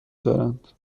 دارند